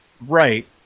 Right